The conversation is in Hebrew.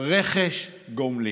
רכש גומלין.